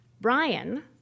Brian